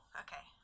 okay